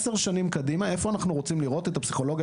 עשר שנים קדימה איפה אנחנו רוצים לראות את הפסיכולוגיה,